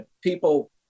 people